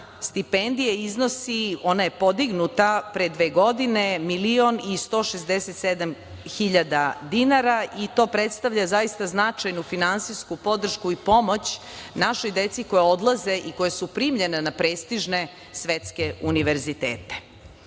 stipendija iznosi, onda je podignuta pre dve godine, 1.167.000 dinara, i to predstavlja zaista značajnu finansijsku podršku i pomoć našoj deci koja odlaze i koja su primljena na prestižne svetske univerzitete. Takođe,